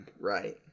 right